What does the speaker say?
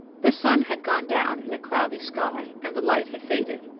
the sun had gone down in a cloudy sky, and the light had faded.